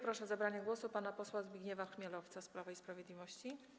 Proszę o zabranie głosu pana posła Zbigniewa Chmielowca z Prawa i Sprawiedliwości.